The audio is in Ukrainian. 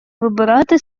вибирати